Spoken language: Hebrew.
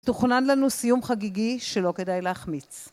תוכנן לנו סיום חגיגי שלא כדאי להחמיץ.